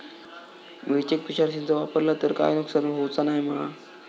मिरचेक तुषार सिंचन वापरला तर काय नुकसान होऊचा नाय मा?